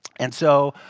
and so